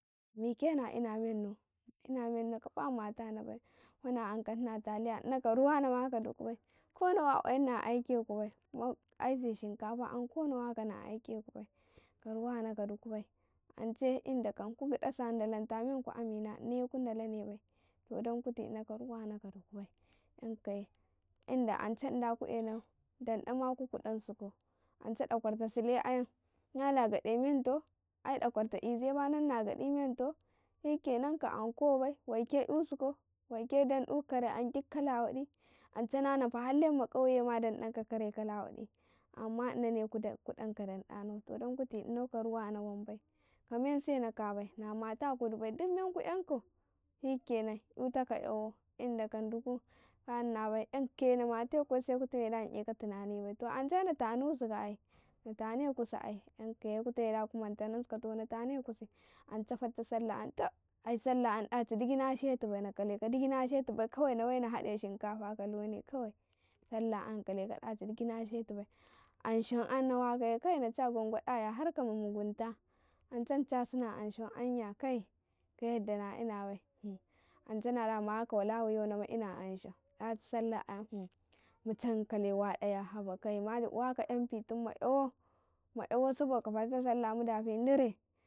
﻿Mike na ina mennau, na ina mennau kaba mate na bai kuma na anka nhina taliya ina ka ruwa na ka duku bai ko nawa kwayin na uleku bai kuma aise shinkafa ayam ko na wako na u leku bai ka amu na ka duku bai ance indo kan kugi dasi a dalanta amina naye ku dalane bai dan kuti ka ruwa na ka duku bai yankaye ance inda ku ena dan ɗa ma ku kudan siko ance daƙwaurata sule ayanma nala gade mentau ai daƙwarta izema nanna gade mentau shuikenan ka dan ɗa bai wai ke isukau waike dan ɗu kare kala wadi ance nanafa har lenma auye dan ɗanka kare kala wadi amma inane ku kuɗan ka dan ɗanau to dan kuti inau ka ruwa wan bai kamen sena ka bai na mata diku bai gidmen ku yan kau shikenan yutaka yawau inda kan duku ƙwaye na mate ku se ku tame da na eka tunani bai to ance na tanu suka ai, na tanekusi ai yanka da ku tame ku manta nesi to natane kusi ance fatta sallah ayam tab an ce sallah yan daci gudi na shetu bai, na we na hade shinkafa ka lo ne kawai sallah ayan na kaleka daci gudi na shetu bai anshau yan na wakaye kai nace gagudaya harka ma mugunta ance na sha suna ansho anya kai ka yadda na ina bai ance nala mayaka walawiyon no ma ina anshau daci sallah ayan muchanka kale wadaya haba kai ma waka mp tumu ma yawan, ma ''ya wau saboka fatta sallah mundafi dire.